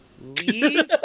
leave